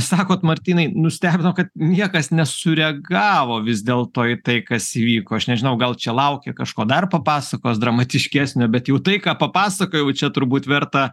sakot martynai nustebino kad niekas nesureagavo vis dėlto į tai kas įvyko aš nežinau gal čia laukia kažko dar papasakos dramatiškesnio bet jau tai ką papasakojo jau čia turbūt verta